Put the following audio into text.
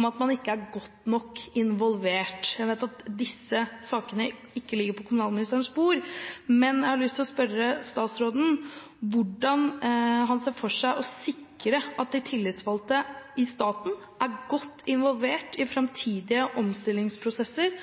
om at man ikke er godt nok involvert. Jeg vet at disse sakene ikke ligger på kommunalministerens bord, men jeg har lyst til å spørre statsråden om hvordan han ser for seg å sikre at de tillitsvalgte i staten blir godt involvert i framtidige omstillingsprosesser